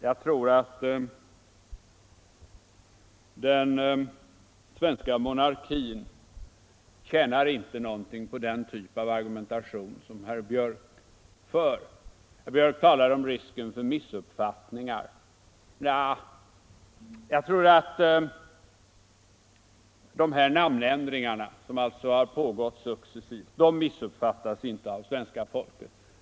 Jag tror inte att den svenska monarkin tjänar någonting på den typ av argumentation som herr Björck för. Herr Björck talar om risken för missuppfattningar. Jag tror inte att de namnändringar som gjorts successivt missuppfattas av svenska folket.